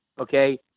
okay